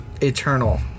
Eternal